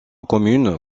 commune